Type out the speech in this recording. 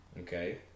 Okay